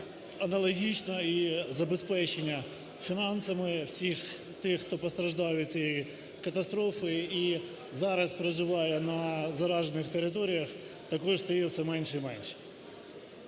аналогічно і забезпечення фінансами всіх тих, хто постраждав від цієї катастрофи і зараз проживає на заражених територіях, також стає все менше і менше.